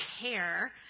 care